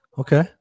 Okay